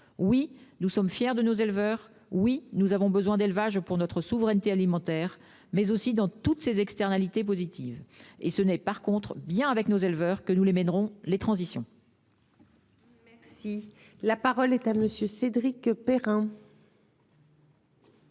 Oui, nous sommes fiers de nos éleveurs ; oui, nous avons besoin d'élevage pour notre souveraineté alimentaire, mais aussi pour toutes ses externalités positives. C'est non pas contre, mais bien avec nos éleveurs que nous mènerons les transitions. La parole est à M. Cédric Perrin,